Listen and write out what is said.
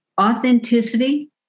authenticity